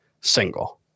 single